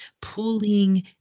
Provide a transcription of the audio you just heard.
pulling